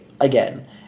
again